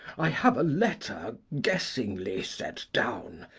i have a letter guessingly set down,